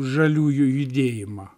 žaliųjų judėjimą